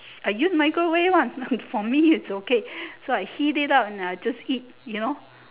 I use microwave one for me it's okay so I heat it up and I just eat you know